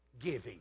giving